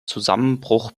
zusammenbruch